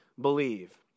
believe